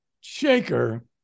shaker